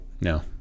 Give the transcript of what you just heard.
No